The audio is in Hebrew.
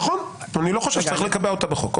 נכון, אני לא חושב שצריך לקבע אותה בחוק.